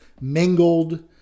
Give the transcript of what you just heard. mingled